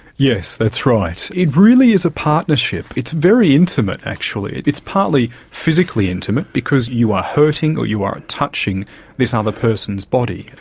yes, that's right. it really is a partnership, it's very intimate, actually. it's partly physically intimate because you are hurting, or you are touching this ah other person's body.